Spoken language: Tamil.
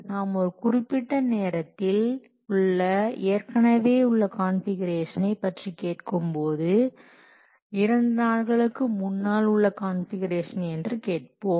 நாம் ஒரு குறிப்பிட்ட நேரத்தில் உள்ள ஏற்கனவே உள்ள கான்ஃபிகுரேஷன்னை பற்றி கேட்கும்போது இரண்டு நாட்களுக்கு முன்னால் உள்ள கான்ஃபிகுரேஷன் என்று கேட்போம்